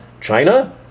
China